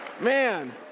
Man